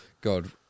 God